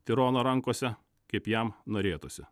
tirono rankose kaip jam norėtųsi